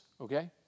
okay